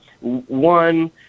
One